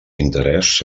interès